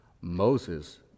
Moses